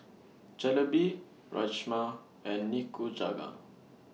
Jalebi Rajma and Nikujaga